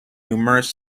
numerous